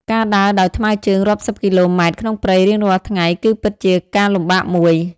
ការដើរដោយថ្មើរជើងរាប់សិបគីឡូម៉ែត្រក្នុងព្រៃរៀងរាល់ថ្ងៃ គឺពិតជាការលំបាកមួយ។